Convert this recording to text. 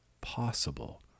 possible